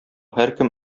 һәркем